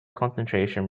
concentration